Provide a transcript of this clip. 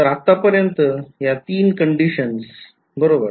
तर आत्तापर्यन्त या तीन कंडिशन्स बरोबर